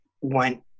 went